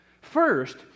First